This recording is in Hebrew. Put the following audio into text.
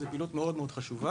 זאת פעילות מאוד חשובה.